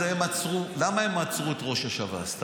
למה הם עצרו את ראש השב"ס?